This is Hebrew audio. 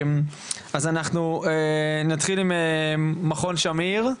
אז אנחנו נתחיל עם מכון שמיר,